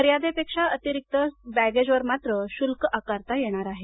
मर्यादेपेक्षा अतिरीक्त सामानावर मात्र शुल्क आकारता येणार आहे